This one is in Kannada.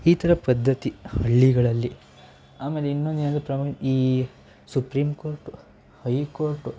ಈ ಥರ ಪದ್ಧತಿ ಹಳ್ಳಿಗಳಲ್ಲಿ ಆಮೇಲೆ ಇನ್ನೊಂದೇನೆಂದರೆ ಪ್ರಾಬ್ಲಮ್ ಈ ಸುಪ್ರೀಂ ಕೋರ್ಟು ಹೈ ಕೋರ್ಟು